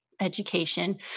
education